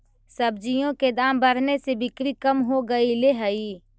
सब्जियों के दाम बढ़ने से बिक्री कम हो गईले हई